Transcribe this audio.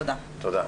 תודה.